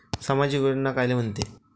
सामाजिक योजना कायले म्हंते?